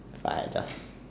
if I had just